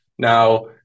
Now